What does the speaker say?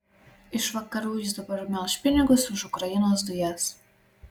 iš vakarų jis dabar melš pinigus už ukrainos dujas